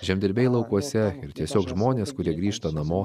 žemdirbiai laukuose ir tiesiog žmonės kurie grįžta namo